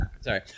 sorry